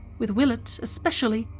with willett, especially,